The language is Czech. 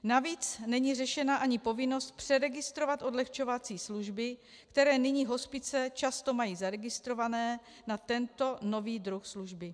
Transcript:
Navíc není řešena ani povinnost přeregistrovat odlehčovací služby, které nyní hospice často mají zaregistrovány na tento nový druh služby.